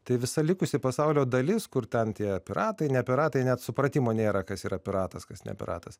tai visa likusi pasaulio dalis kur ten tie piratai ne piratai net supratimo nėra kas yra piratas kas ne piratas